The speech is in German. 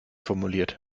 formuliert